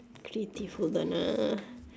creative hold on ah